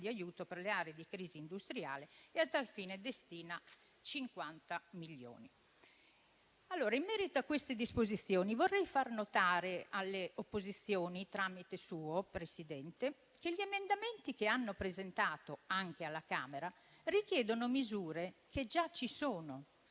di aiuto per le aree di crisi industriale e, a tal fine, destina 50 milioni. In merito a queste disposizioni, vorrei far notare alle opposizioni, per suo tramite, signor Presidente, che gli emendamenti presentati, anche alla Camera, richiedono misure che già ci sono